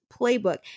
playbook